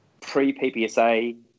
pre-PPSA